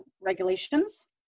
regulations